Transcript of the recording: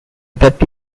that